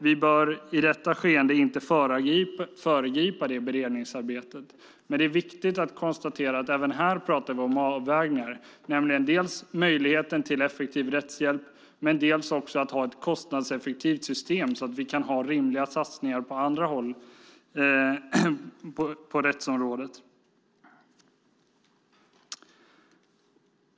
Vi bör inte föregripa det beredningsarbetet. Men det är viktigt att konstatera att även här pratar vi om avvägningar, nämligen mellan en effektiv rättshjälp och ett kostnadseffektivt system som gör det möjligt med rimliga satsningar på andra håll på rättsområdet.